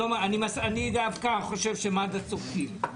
אני דווקא חושב שמד"א צודקים,